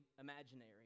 imaginary